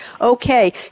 Okay